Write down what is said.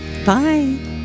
Bye